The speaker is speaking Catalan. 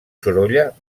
sorolla